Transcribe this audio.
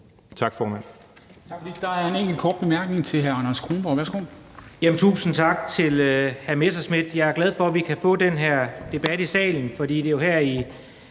Tak, formand.